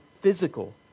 physical